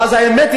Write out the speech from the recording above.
ואז האמת היא,